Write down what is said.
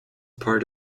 part